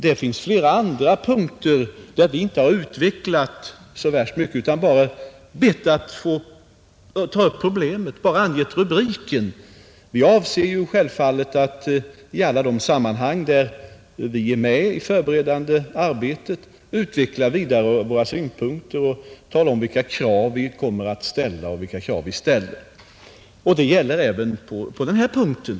Det finns flera punkter där vi inte har utvecklat så värst mycket utan bara har angivit rubriken, Vi avser självfallet att i alla de sammanhang där vi är med i det förberedande arbetet vidareutveckla våra synpunkter och tala om vilka krav vi kommer att ställa. Det gäller även på denna punkt.